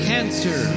Cancer